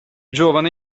giovane